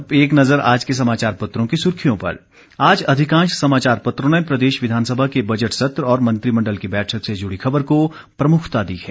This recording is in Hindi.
और अब सुर्खियां समाचार पत्रों से आज अधिकांश समाचार पत्रों ने प्रदेश विधानसभा के बजट सत्र और मंत्रिमंडल की बैठक से जुड़ी खबर को प्रमुखता दी है